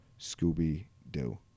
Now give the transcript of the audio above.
Scooby-Doo